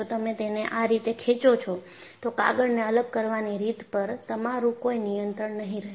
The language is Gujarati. જો તમે તેને આ રીતે ખેંચો છો તો કાગળને અલગ કરવાની રીત પર તમારું કોઈ નિયંત્રણ નહીં રહે